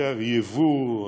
שאפשר ייבוא,